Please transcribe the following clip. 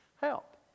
help